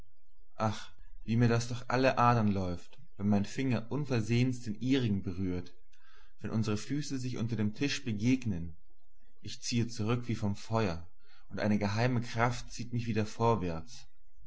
ach wie mir das durch alle adern läuft wenn mein finger unversehens den ihrigen berührt wenn unsere füße sich unter dem tische begegnen ich ziehe zurück wie vom feuer und eine geheime kraft zieht mich wieder vorwärts mir